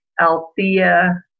Althea